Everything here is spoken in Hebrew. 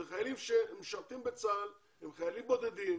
זה חיילים שמשרתים בצה"ל, הם חיילים בודדים,